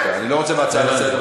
אתה יודע את זה.